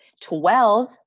Twelve